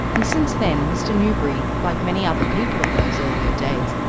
and since then mr. newberry, like many other people of those earlier days,